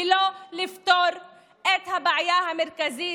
ולא לפתור את הבעיה המרכזית,